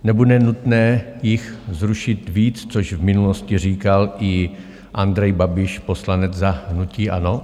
Nebude nutné jich zrušit víc, což v minulosti říkal i Andrej Babiš, poslanec za hnutí ANO?